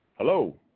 Hello